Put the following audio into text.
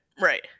Right